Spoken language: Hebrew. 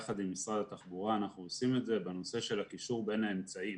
יחד עם משרד התחבורה אנחנו עושים את זה בנושא של הקישור בין האמצעים.